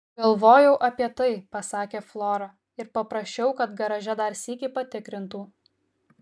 galvojau apie tai pasakė flora ir paprašiau kad garaže dar sykį patikrintų